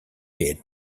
did